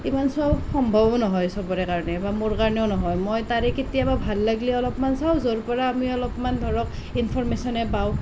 ইমান চোৱা সম্ভবো নহয় চবৰে কাৰণে বা মোৰ কাৰণেও নহয় মই তাৰে কেতিয়াবা ভাল লাগিলে অলপমান চাওঁ য'ৰ পৰা আমি অলপমান ধৰক ইঅনফৰ্মেচনে পাওঁ